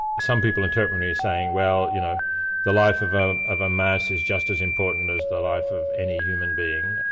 some people interpret as me saying, well, you know the life of ah of a mouse is just as important as the life of any human being.